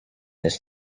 this